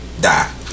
die